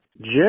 Jim